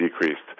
decreased